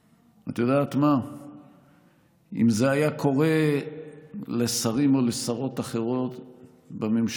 אבל השיא היה כשהם מעיזים לעשות קמפיין בגיבוי התקשורת מהשמאל,